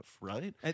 right